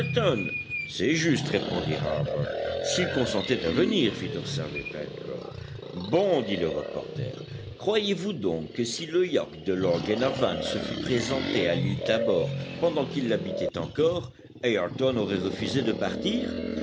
c'est juste répondit harbert s'il consentait à venir fit observer pencroff bon dit le reporter croyez-vous donc que si le yacht de lord glenarvan se fût présenté à l'île tabor pendant qu'il l'habitait encore ayrton aurait refusé de partir